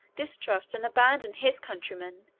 distrust and abandon his countrymen,